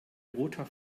roter